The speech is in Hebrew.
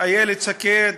איילת שקד,